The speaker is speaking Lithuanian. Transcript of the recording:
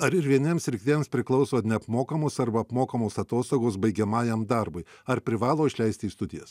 ar ir vieniems ir kitiems priklauso neapmokamos arba apmokamos atostogos baigiamajam darbui ar privalo išleisti į studijas